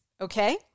okay